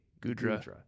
Gudra